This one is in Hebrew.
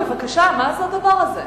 בבקשה, מה זה הדבר הזה?